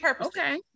Okay